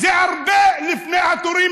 זה הרבה לפני התורים